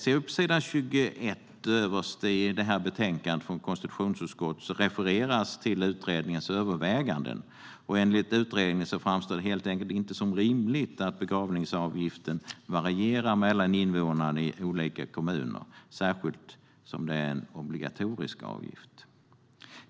Överst på s. 21 i betänkandet från konstitutionsutskottet refereras till utredningens överväganden. Enligt utredningen framstår det helt enkelt inte som rimligt att begravningsavgiften varierar mellan invånarna i olika kommuner, särskilt som det är en obligatorisk avgift.